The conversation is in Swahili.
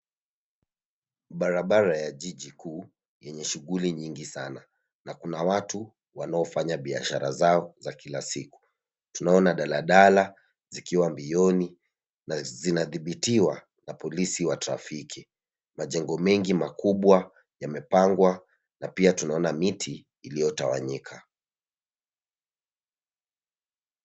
Barabara ya jiji kuu, yenye shughuli nyingi sana, na kuna watu wanaofanya biashara zao za kila siku. Tunaona daladala, zikiwa mbioni, na zinathibitiwa na polisi wa trafiki. Majengo mengi makubwa yamepangwa, na pia tunaona miti iliyotawanyika.